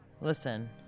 listen